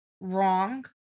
wrong